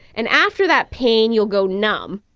and after that pain, you'll go numb.